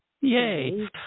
Yay